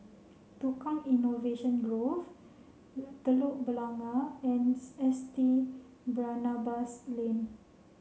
Tukang Innovation Grove Telok Blangah and S T Barnabas Lane